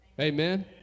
Amen